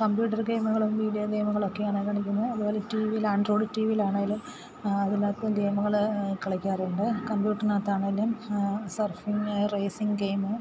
computer ഗെയിമുകളും video ഗെയിമുകളും ഒക്കെ ആണ് കളിക്കുന്നത് അതുപോലെ ടി വിയിൽ ആൻഡ്രോയിഡ് ടി വിയിൽ ആണെങ്കിലും അതിനകത്ത് ഗെയിമുകൾ കളിക്കാറുണ്ട് കമ്പ്യൂട്ടറിനകത്താണെങ്കിലും സർഫിംഗ് റേസിംഗ് ഗെയിമ്